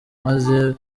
maze